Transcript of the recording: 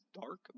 dark